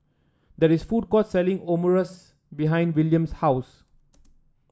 there is a food court selling Omurice behind Williams' house